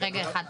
זה לא נכון.